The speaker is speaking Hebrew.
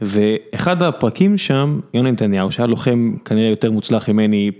ואחד הפרקים שם, יוני נתניהו, שהיה לוחם כנראה יותר מוצלח ממני.